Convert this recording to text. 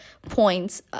points